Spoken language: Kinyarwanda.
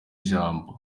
ijambo